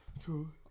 True